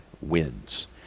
wins